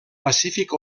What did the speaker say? pacífic